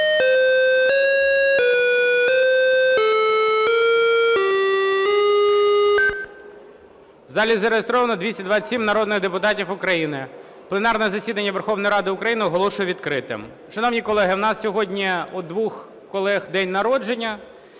В залі зареєстровано 227 народних депутатів України. Пленарне засідання Верховної Ради України оголошую відкритим. Шановні колеги, у нас сьогодні у двох колег день народження.